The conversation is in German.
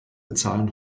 bezahlen